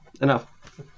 enough